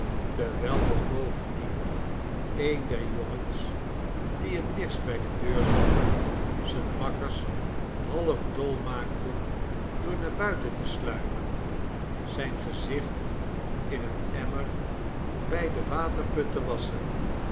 terwijl nog bovendien een der jongens die het dichtst bij de deur zat zijne makkers half dol maakte door naar buiten te sluipen zijn gezicht in een emmer bij den waterput